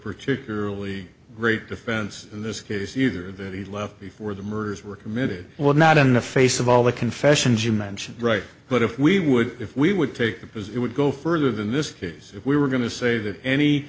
particularly great defense in this case either that he left before the murders were committed well not in the face of all the confessions you mention right but if we would if we would take because it would go further than this case if we were going to say that any